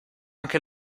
anche